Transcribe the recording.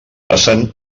passen